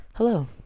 Hello